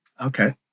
Okay